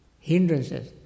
hindrances